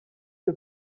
que